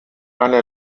eine